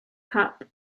cup